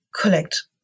collect